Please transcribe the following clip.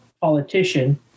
politician